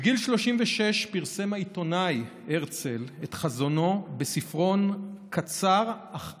בגיל 36 פרסם העיתונאי הרצל את חזונו בספרון קצר אך ענק,